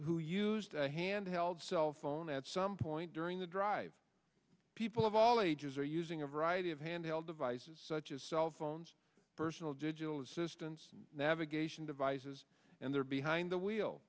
who used a handheld cell phone at some point during the drive people of all ages are using a variety of handheld devices such as cell phones personal digital assistants and navigation devices and they're behind the wheel